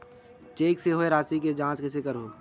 Cheque से होए राशि के जांच कइसे करहु?